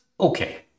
okay